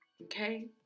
Okay